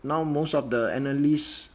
now most of the enemies